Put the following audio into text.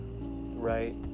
right